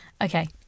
Okay